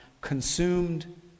consumed